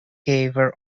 were